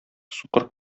сукыр